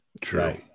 True